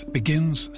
begins